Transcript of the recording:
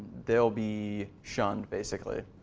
they'll be shunned basically.